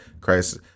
Christ